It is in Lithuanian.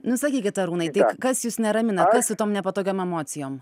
nu sakykit arūnui kas jus neramina kas su tom nepatogiom emocijom